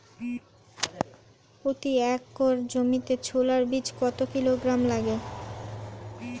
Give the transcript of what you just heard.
প্রতি একর জমিতে ছোলা বীজ কত কিলোগ্রাম লাগে?